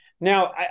now